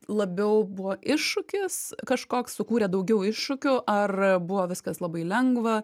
labiau buvo iššūkis kažkoks sukūrė daugiau iššūkių ar buvo viskas labai lengva